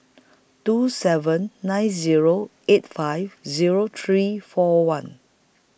two seven nine Zero eight five Zero three four one